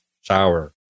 shower